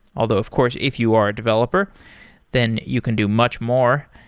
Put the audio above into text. although of course, if you are a developer then you can do much more.